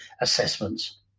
assessments